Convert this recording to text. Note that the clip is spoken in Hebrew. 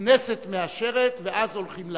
הכנסת מאשרת, ואז הולכים לעם.